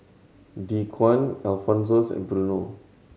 Dequan Alphonsus and Bruno